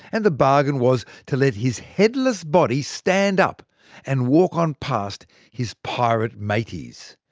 and the bargain was to let his headless body stand up and walk on past his pirate maties.